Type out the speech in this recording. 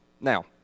Now